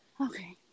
Okay